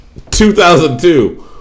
2002